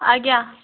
ଆଜ୍ଞା